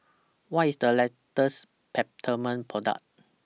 What IS The latest Peptamen Product